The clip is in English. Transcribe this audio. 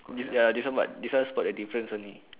this ya this one but this one spot the difference only